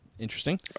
Interesting